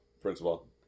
principal